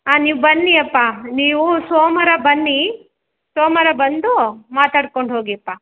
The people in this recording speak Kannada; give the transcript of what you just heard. ಹಾಂ ನೀವು ಬನ್ನಿ ಅಪ್ಪ ನೀವು ಸೋಮ್ವಾರ ಬನ್ನಿ ಸೋಮ್ವಾರ ಬಂದು ಮಾತಾಡಿಕೊಂಡು ಹೋಗೀಪ್ಪ